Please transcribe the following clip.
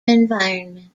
environment